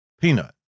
Peanut